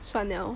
算了